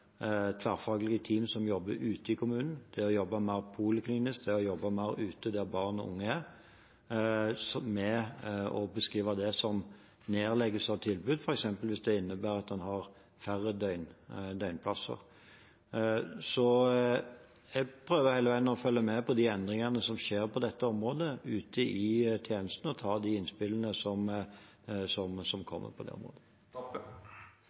kommunen, å jobbe mer poliklinisk, å jobbe mer ute der barn og unge er – med å beskrive det som nedleggelse av tilbud f.eks. hvis det innebærer at en har færre døgnplasser. Jeg prøver heller å følge med på de endringene som skjer på dette området ute i tjenestene, og ta de innspillene som kommer på det området. Det er slik at mange ute ser at dei endringane som skjer, er det